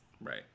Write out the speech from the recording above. Right